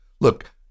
look